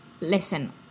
Listen